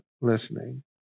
listening